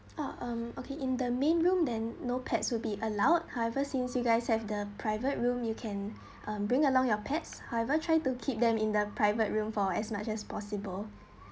ah um okay in the main room then no pets will be allowed however since you guys have the private room you can bring along your pet's however try to keep them in the private room for as much as possible